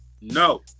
No